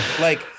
Like-